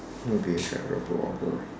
I want to be a travel blogger